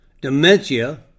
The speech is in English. dementia